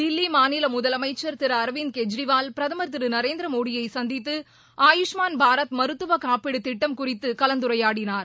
தில்லி மாநில முதலமைச்சர் திரு அரவிந்த் கெஜ்ரிவால் பிரதமர் திரு நரேந்திரமோடியை சந்தித்து ஆயுஷ்மான் பாரத் மருத்துவ காப்பீடு திட்டம் குறித்து கலந்துரையாடினார்